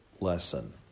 lesson